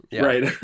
Right